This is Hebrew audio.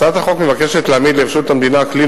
הצעת החוק מבקשת להעמיד לרשות המדינה כלי